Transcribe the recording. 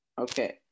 Okay